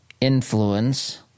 influence